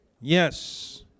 Yes